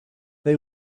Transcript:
they